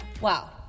Wow